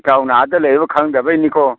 ꯏꯇꯥꯎꯅ ꯑꯥꯗ ꯂꯩꯔꯨꯕꯒꯤ ꯈꯪꯗꯕꯩꯅꯤꯀꯣ